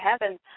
heaven